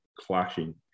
clashing